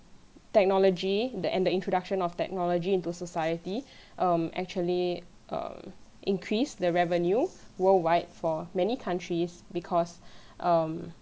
technology the and the introduction of technology into the society um actually um increase the revenue worldwide for many countries because um